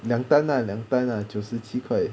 两单 ah 两单 ah 九十七块